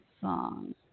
song